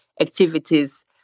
activities